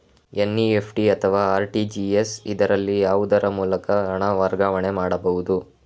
NEFT ಅಥವಾ RTGS, ಇದರಲ್ಲಿ ಯಾವುದರ ಮೂಲಕ ಹಣ ವರ್ಗಾವಣೆ ಮಾಡಬಹುದು?